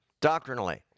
doctrinally